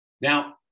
now